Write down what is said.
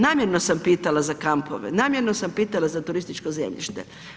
Namjerno sam pitala za kampove, namjerno sam pitala za turističko zemljište.